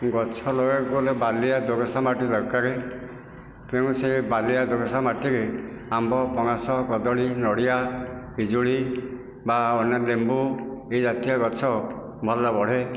ଗଛ ଲଗେଇବାକୁ ହେଲେ ବାଲିଆ ଦୋରସା ମାଟି ଦରକାର ତେଣୁ ସେ ବାଲିଆ ଦୋରସା ମାଟିରେ ଆମ୍ବ ପଣସ କଦଳୀ ନଡ଼ିଆ ପିଜୁଳି ବା ଅନ୍ୟ ଲେମ୍ବୁ ଏଇ ଜାତୀୟ ଗଛ ଭଲ ବଢ଼େ